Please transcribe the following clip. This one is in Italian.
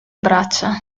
braccia